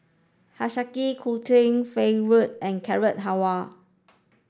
Hiyashi Chuka Falafel and Carrot Halwa